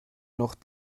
noch